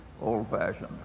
old-fashioned